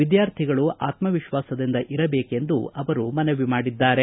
ವಿದ್ವಾರ್ಥಿಗಳು ಆತ್ಮವಿಶ್ವಾಸದಿಂದ ಇರಬೇಕೆಂದು ಮನವಿ ಮಾಡಿದ್ದಾರೆ